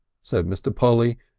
said mr. polly,